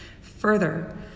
Further